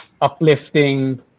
uplifting